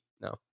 No